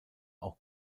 auch